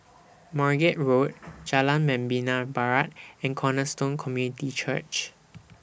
Margate Road Jalan Membina Barat and Cornerstone Community Church